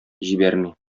җибәрми